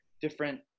different